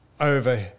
over